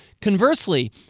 Conversely